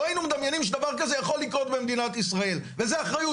לא היינו מדמיינים שדבר כזה יכול לקרות במדינת ישראל וזו האחריות